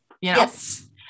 Yes